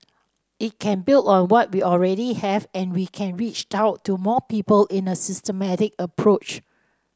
it can build on what we already have and we can reach out to more people in a systematic approach